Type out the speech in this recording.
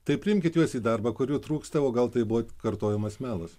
tai priimkit juos į darbą kur jų trūksta o gal tai buvo kartojamas melas